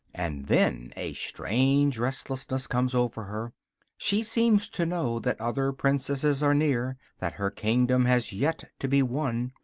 and then a strange restlessness comes over her she seems to know that other princesses are near, that her kingdom has yet to be won,